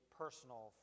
personal